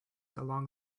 along